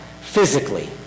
physically